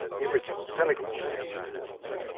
the original telegraph station.